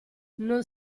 non